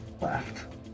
left